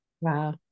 wow